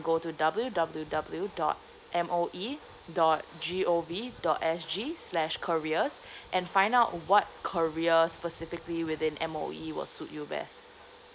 go to W W W dot M O E dot G O V dot S G slash careers and find out what career specifically within M_O_E will suit you best